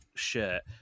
shirt